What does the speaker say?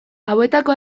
hauetako